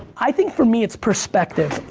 i think for me, it's perspective.